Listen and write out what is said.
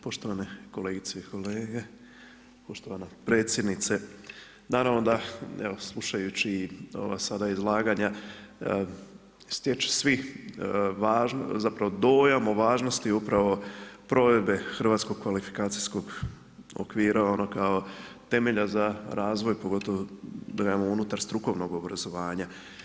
Poštovane kolegice i kolege, poštovana predsjednice, naravno da evo, slušajući ova sada izlaganja, stječe svih, zapravo dojam o važnosti upravo provedbe Hrvatskog kvalifikacijskog okvira ono kao temelja za razvoj, pogotovo da kažem unutar strukovnog obrazovanja.